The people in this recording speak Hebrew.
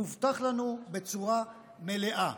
מובטח לנו בצורה מלאה.